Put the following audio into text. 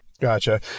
Gotcha